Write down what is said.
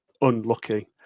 unlucky